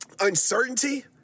uncertainty